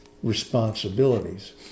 responsibilities